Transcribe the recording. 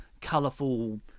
colourful